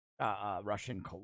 Russian